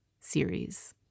series